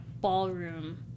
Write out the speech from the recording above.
ballroom